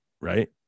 Right